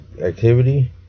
activity